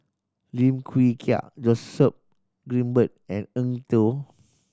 Lim Wee Kiak Joseph Grimberg and Eng Tow